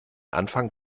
anfang